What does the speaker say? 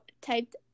typed